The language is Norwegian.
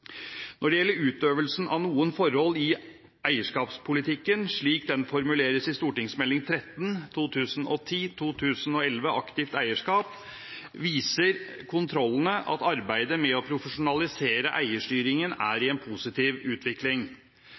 Når det gjelder utøvelsen av noen forhold i eierskapspolitikken, slik den formuleres i Meld. St. 13 for 2010–2011, Aktivt eierskap, viser kontrollene at arbeidet med å profesjonalisere eierstyringen er i en positiv utvikling.